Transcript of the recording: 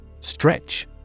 Stretch